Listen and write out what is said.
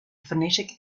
phonetic